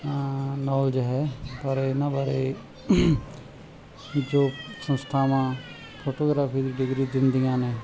knowledge ਹੈ ਪਰ ਇਹਨਾਂ ਬਾਰੇ ਜੋ ਸੰਸਥਾਵਾਂ ਫੋਟੋਗਰਾਫੀ ਡਿਗਰੀ ਦਿੰਦੀਆਂ ਨੇ